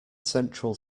central